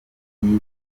n’ibyo